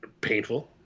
painful